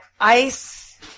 Ice